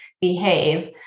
behave